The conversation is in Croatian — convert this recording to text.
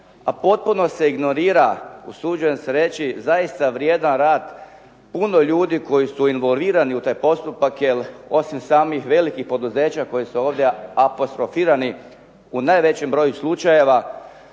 a potpuno se ignorira usuđujem se reći zaista vrijedan rad puno ljudi koji su involvirani u taj postupak jer osim samih velikih poduzeća koji su ovdje apostrofirani u najvećem broju slučajeva